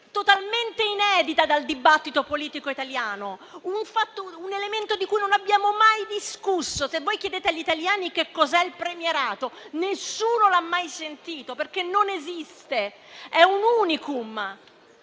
totalmente inedita dal dibattito politico italiano, un elemento di cui non abbiamo mai discusso. Se voi chiedete agli italiani che cos'è il premierato, nessuno l'ha mai sentito, perché non esiste, è un *unicum*.